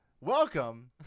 Welcome